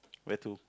where to